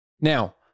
Now